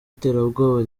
iterabwoba